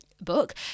book